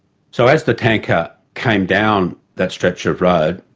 so as the tanker came down that stretch of road,